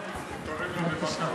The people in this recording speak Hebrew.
היושבת-ראש,